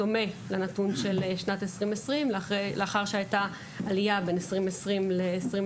דומה לנתון של שנת 2020. לאחר שהייתה עלייה בין 2020 ל-2021,